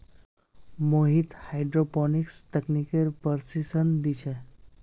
Mohit hydroponics तकनीकेर प्रशिक्षण दी छे